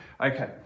Okay